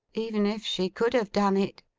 even if she could have done it.